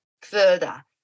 further